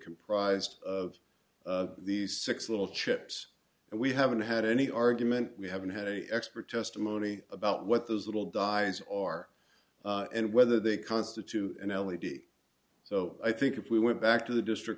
comprised of these six little chips and we haven't had any argument we haven't had a expert testimony about what those little guys are and whether they constitute an l e d so i think if we went back to the district